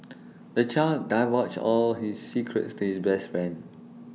the child divulged all his secrets to his best friend